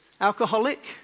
alcoholic